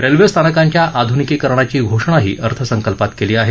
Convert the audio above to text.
railway स्थानकांच्या आधुनिकीकरणाची घोषणाही अर्थसंकल्पात केली आहे